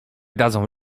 dadzą